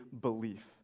belief